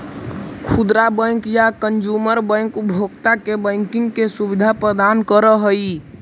खुदरा बैंक या consumer bank उपभोक्ता के बैंकिंग के सुविधा प्रदान करऽ हइ